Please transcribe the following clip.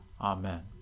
Amen